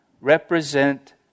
represent